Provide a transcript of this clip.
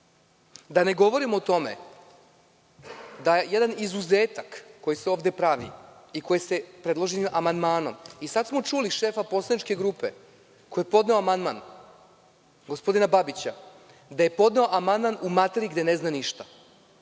to? Da ne govorim o tome da jedan izuzetak koji se ovde pravi predloženim amandmanom… Sad smo čuli od šefa poslaničke grupe koji je podneo amandman, gospodina Babića, da je podneo amandman u materiji o kojoj ne zna ništa.